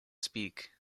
speak